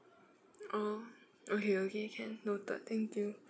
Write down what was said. oh okay okay can noted thank you